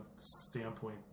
standpoint